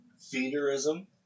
Feederism